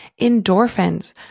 endorphins